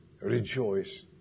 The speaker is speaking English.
rejoice